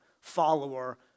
follower